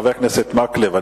חבר הכנסת מקלב,